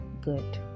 good